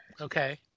Okay